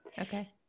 Okay